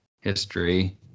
history